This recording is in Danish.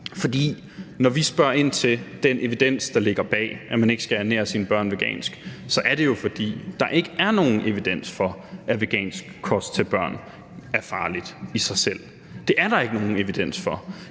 For når vi spørger ind til den evidens, der ligger bag, at man ikke skal ernære sine børn vegansk, så er det jo, fordi der ikke er nogen evidens for, at vegansk kost til børn er farlig i sig selv. Det er der ikke nogen evidens for.